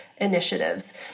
initiatives